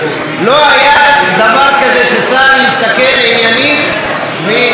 לא היה דבר כזה ששר יסתכל עניינית וימנה